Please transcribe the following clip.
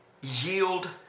yield